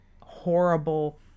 horrible